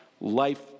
life